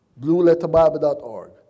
Blueletterbible.org